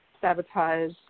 sabotage